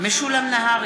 משולם נהרי,